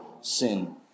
sin